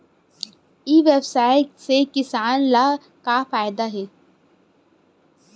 ई व्यवसाय से किसान ला का फ़ायदा हे?